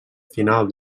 final